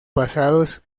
basados